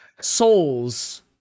souls